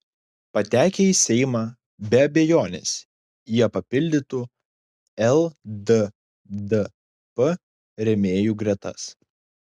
patekę į seimą be abejonės jie papildytų lddp rėmėjų gretas